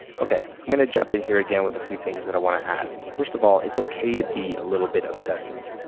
okay, i'm gonna jump in here again with a few things that i wanna add. first of all it's okay to be a little bit obsessive.